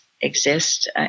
exist